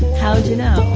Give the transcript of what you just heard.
how'd you know?